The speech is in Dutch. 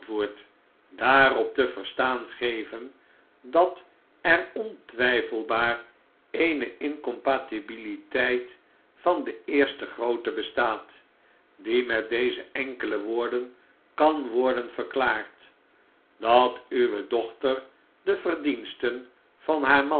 daarop te verstaan geven dat er ontwijfelbaar eene incompatibiliteit van de eerste grootte bestaat die met deze enkele woorden kan worden verklaard dat uwe dochter de verdiensten van haar